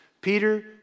Peter